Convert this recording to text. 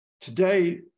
Today